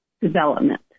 development